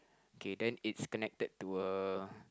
K then it's connected to a